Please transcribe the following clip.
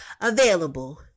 available